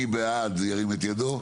מי בעד שירים את ידו?